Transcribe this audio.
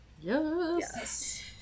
Yes